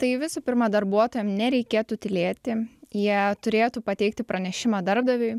tai visų pirma darbuotojam nereikėtų tylėti jie turėtų pateikti pranešimą darbdaviui